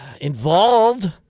involved